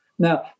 Now